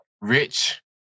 Rich